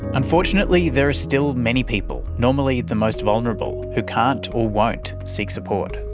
unfortunately there are still many people normally the most vulnerable who can't or won't seek support.